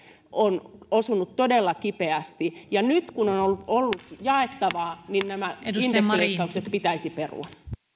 on osunut näihin ihmisiin todella kipeästi nyt kun on on ollut jaettavaa nämä indeksileikkaukset pitäisi perua